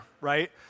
right—